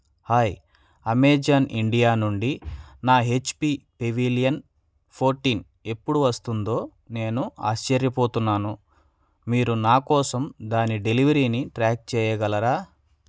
hi Amazon India నుండి నా HP Pavilion fourteen ఎప్పుడు వస్తుందో నేను ఆశ్చర్యపోతున్నాను మీరు నా కోసం దాని డెలివెరీని ట్రాక్ చేయగలరా